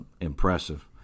impressive